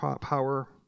power